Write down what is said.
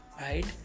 right